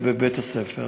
בבית-הספר.